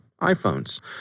iPhones